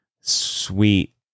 sweet